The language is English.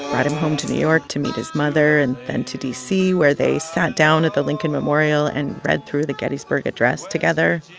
him home to new york to meet his mother, and then to d c, where they sat down at the lincoln memorial and read through the gettysburg address together